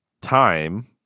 time